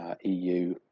EU